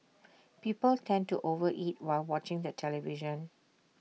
people tend to over eat while watching the television